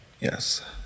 Yes